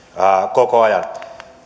koko ajan